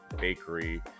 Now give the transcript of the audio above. Bakery